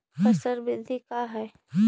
फसल वृद्धि का है?